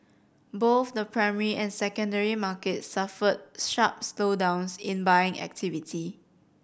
both the primary and secondary markets suffered sharp slowdowns in buying activity